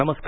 नमस्कार